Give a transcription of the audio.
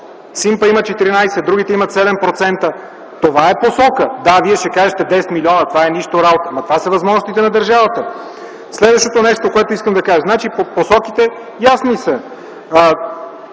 помощ) има 14, другите имат 7%. Това е посока! Да, вие ще кажете – 10 милиона, това е нищо работа. Това са възможностите на държавата. Следващото нещо, което искам да кажа – посоките са ясни.